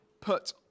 put